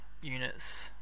units